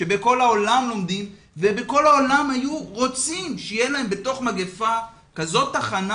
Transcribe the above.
כשבכל העולם לומדים ובכל העולם היו רוצים שיהיה להם בתוך מגפה כזו תחנה.